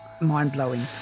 mind-blowing